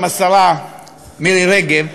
גם השרה מירי רגב,